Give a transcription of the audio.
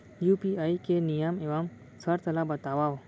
UPI के नियम एवं शर्त ला बतावव